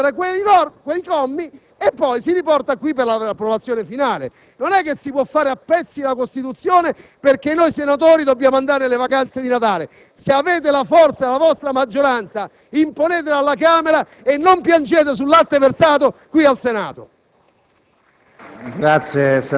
chiedete che si modifichino là quei commi per riportare la finanziaria qui per l'approvazione finale. Non si può fare a pezzi la Costituzione perché noi senatori dobbiamo iniziare le vacanze di Natale. Se avete forza nella vostra maggioranza, imponetela alla Camera e non piangete sul latte versato qui al Senato!